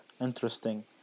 interesting